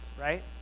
right